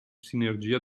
sinergia